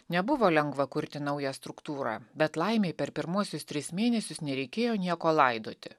nebuvo lengva kurti naują struktūrą bet laimei per pirmuosius tris mėnesius nereikėjo nieko laidoti